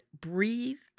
breathed